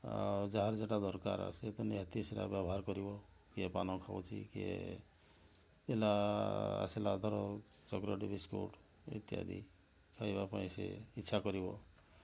ଆଉ ଯାହାର ଯେଉଁଟା ଦରକାର ସେ ତ ନିହାତି ସେଟା ବ୍ୟବହାର କରିବ କିଏ ପାନ ଖାଉଛି କିଏ ପିଲା ଆସିଲା ଧର ଚକୋଲେଟ୍ ବିସ୍କୁଟ୍ ଇତ୍ୟାଦି ଖାଇବା ପାଇଁ ସେ ଇଛା କରିବ